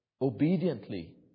Obediently